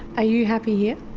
are you happy here?